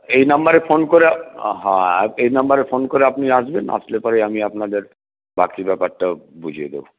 এই নম্বরে ফোন করে আহা এই নম্বরে ফোন করে আপনি আসবেন আসলে পরে আমি আপনাদের বাকি ব্যাপারটা বুঝিয়ে দেব